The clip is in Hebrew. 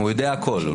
הוא יודע הכול.